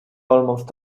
almost